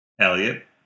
Elliot